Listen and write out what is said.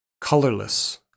colorless